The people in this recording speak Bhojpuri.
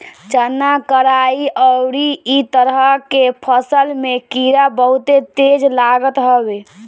चना, कराई अउरी इ तरह के फसल में कीड़ा बहुते तेज लागत हवे